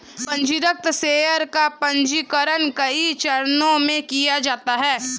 पन्जीकृत शेयर का पन्जीकरण कई चरणों में किया जाता है